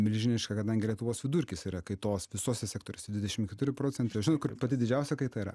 milžiniška kadangi lietuvos vidurkis yra kaitos visose sektoriuose dvidešim keturi procentai žinot kur pati didžiausia kaita yra